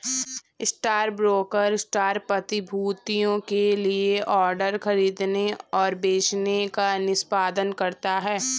stockbroker stock प्रतिभूतियों के लिए ऑर्डर खरीदने और बेचने का निष्पादन करता है